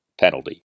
penalty